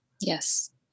Yes